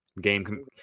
Game